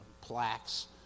plaques